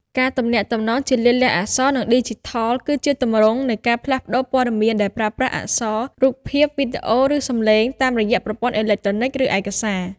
ការទំនាក់ទំនងជាលាយលក្ខណ៍អក្សរ និងឌីជីថល គឺជាទម្រង់នៃការផ្លាស់ប្តូរព័ត៌មានដែលប្រើប្រាស់អក្សរ រូបភាព វីដេអូ ឬសំឡេង តាមរយៈប្រព័ន្ធអេឡិចត្រូនិក ឬឯកសារ។